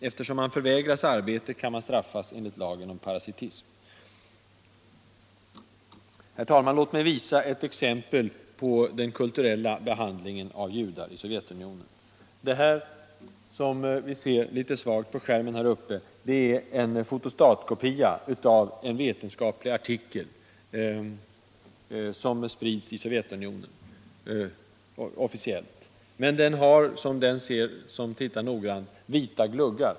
Eftersom man förvägras arbete, kan man straffas enligt lagen om parasilism. Herr talman! Låt mig visa ett exempel på den kulturella behandlingen av judar i Sovjetunionen. Det som kammarens ledamöter kan se litet svagt på bildskärmen är en fotostatkopia av en vetenskaplig artikel, som sprids officiellt i Sovjetunionen. Texten har en mängd vita gluggar.